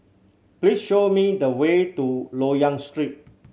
please show me the way to Loyang Street